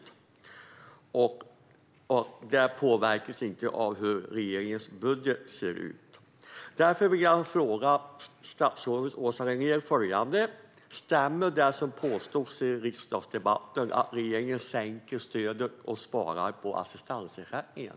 Det påverkas inte av hur regeringens budget ser ut. Jag vill därför fråga statsrådet Åsa Regnér: Stämmer det som påstods i riksdagsdebatten, att regeringen sänker stödet och sparar på assistansersättningen?